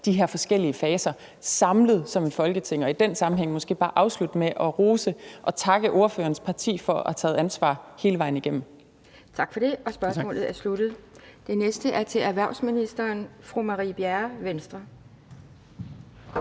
de her forskellige faser samlet som Folketing. Og i den sammenhæng vil jeg måske bare afslutte med at rose og takke ordførerens parti for at have taget ansvar hele vejen igennem. Kl. 17:42 Anden næstformand (Pia Kjærsgaard): Tak for det. Og spørgsmålet er sluttet. Det næste spørgsmål er stillet til erhvervsministeren af fru Marie Bjerre, Venstre.